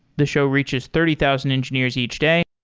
the show reaches thirty thousand engineers each day.